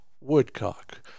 woodcock